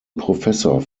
professor